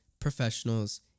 professionals